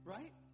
Right